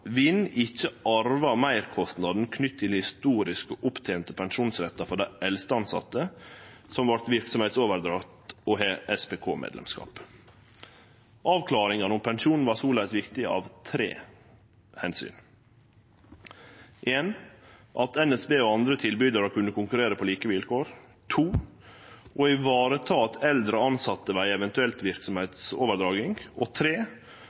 vinn, ikkje arvar meirkostnaden knytt til historiske opptente pensjonsrettar for dei eldste tilsette som vert verksemdsoverdratte og har SPK-medlemsskap. Avklaringane om pensjon var soleis viktige av tre omsyn: at NSB og andre tilbydarar kunne konkurrere på like vilkår å vareta eldre tilsette ved ei eventuell verksemdsoverdraging at